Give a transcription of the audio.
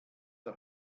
der